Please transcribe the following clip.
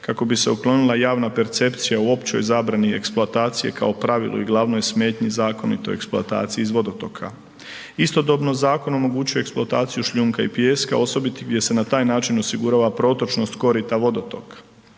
kako bi se uklonila javna percepcija u općoj zabrani eksploatacije kao pravilu i glavnoj smetnji zakonitoj eksploataciji iz vodotoka. Istodobno zakon omogućuje eksploataciju šljunka i pijeska osobito jer se na taj način osigurava protočnost korita vodotoka.